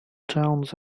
towns